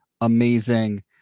amazing